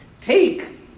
take